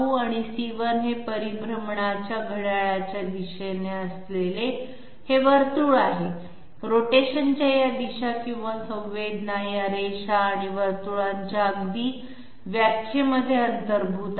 आणि c1 हे परिभ्रमणाच्या घड्याळाच्या दिशेने असलेले हे वर्तुळ आहे रोटेशनच्या या दिशा किंवा संवेदना या रेषा आणि वर्तुळांच्या अगदी व्याख्येमध्ये अंतर्भूत आहेत